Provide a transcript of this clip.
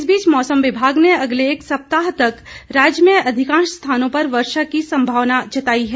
इस बीच मौसम विभाग ने अगले एक सप्ताह तक राज्य में अधिकांश स्थानों पर वर्षा की संभावना जताई है